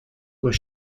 were